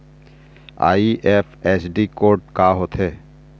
IFSC code का होथे?